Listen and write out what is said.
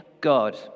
God